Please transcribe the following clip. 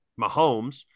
Mahomes